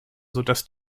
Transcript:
sodass